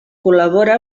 col·labora